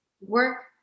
work